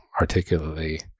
articulately